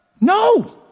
No